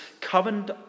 covenant